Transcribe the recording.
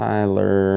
Tyler